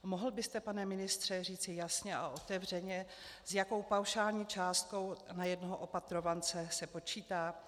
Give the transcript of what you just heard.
Mohl byste, pane ministře, říci jasně a otevřeně, s jakou paušální částkou na jednoho opatrovance se počítá?